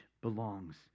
belongs